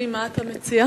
מה אתה מציע?